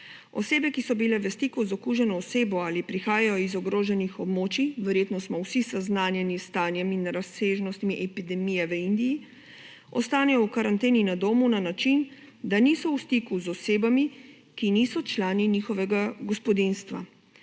Osebe, ki so bile v stiku z okuženo osebo ali prihajajo iz ogroženih območij, verjetno smo vsi seznanjeni s stanjem in razsežnostmi epidemije v Indiji, ostanejo v karanteni na domu na način, da niso v stiku z osebami, ki niso člani njihovega gospodinjstva.